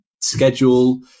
schedule